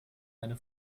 eine